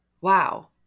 Wow